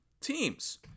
teams